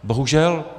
Bohužel.